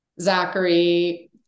Zachary